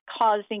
causing